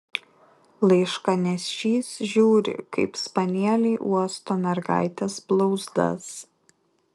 laiškanešys žiūri kaip spanieliai uosto mergaitės blauzdas